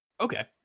okay